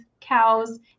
cows